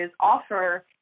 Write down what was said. offer